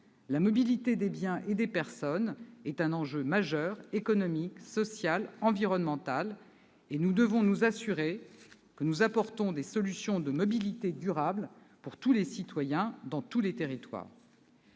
la mobilité des biens et des personnes est un enjeu majeur, à la fois économique, social et environnemental. Nous devons nous assurer que nous apportons des solutions de mobilité durables à tous les citoyens, dans tous les territoires.